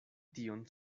tion